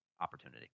opportunity